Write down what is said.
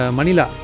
Manila